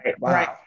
Right